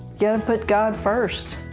yeah put god first.